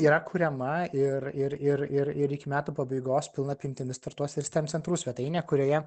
yra kuriama ir ir ir ir iki metų pabaigos pilna apimtimi startuos ir steam centrų svetainė kurioje